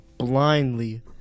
blindly